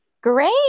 Great